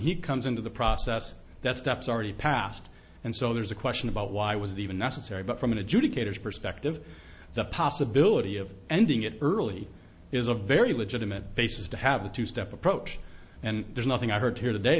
he comes into the process that steps already passed and so there's a question about why was the even necessary but from an adjudicator perspective the possibility of ending it early is a very legitimate basis to have a two step approach and there's nothing i heard here today